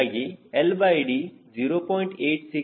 ಹೀಗಾಗಿ LD 0